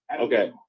Okay